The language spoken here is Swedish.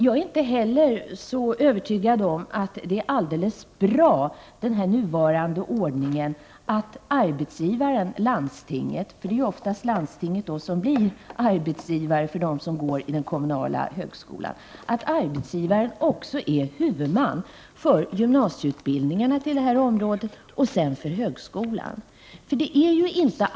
Jag är inte heller övertygad om att det är bra med den nuvarande ordningen att arbetsgivaren-landstinget — landstinget blir ju oftast arbetsgivare för dem som går i den kommunala högskolan — är huvudman både för gymnasieutbildningarna på det här området och för högskolan.